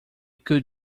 could